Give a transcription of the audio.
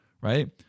right